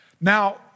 Now